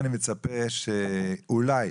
מצפה, שאולי